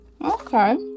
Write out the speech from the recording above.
Okay